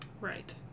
Right